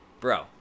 bro